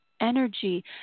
energy